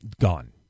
Gone